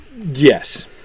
Yes